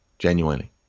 Genuinely